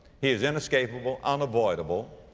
he is inescapable, unavoidable.